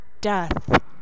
death